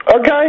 Okay